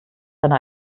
seine